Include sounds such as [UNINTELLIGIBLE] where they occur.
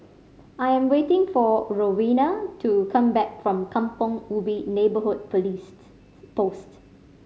I am waiting for Rowena to come back from Kampong Ubi Neighbourhood [UNINTELLIGIBLE] Post